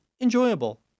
enjoyable